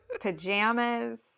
pajamas